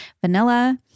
vanilla